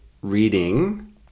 reading